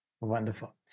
Wonderful